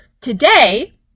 Today